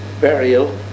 burial